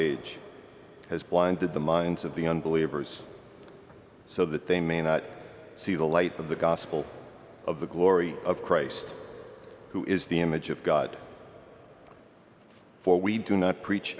age has blinded the minds of the unbelievers so that they may not see the light of the gospel of the glory of christ who is the image of god for we do not preach